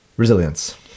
resilience